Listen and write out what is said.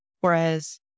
Whereas